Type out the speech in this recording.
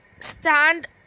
stand